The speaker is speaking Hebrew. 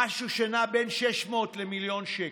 משהו שנע בין 600 למיליון שקל,